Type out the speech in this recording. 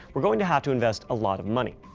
we're going to have to invest a lot of money.